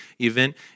event